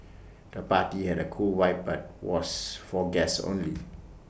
the party had A cool vibe but was for guests only